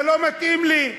זה לא מתאים לי.